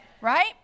right